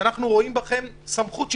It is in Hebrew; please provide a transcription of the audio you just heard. שאנחנו רואים בכם סמכות שלטונית,